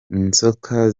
inzoka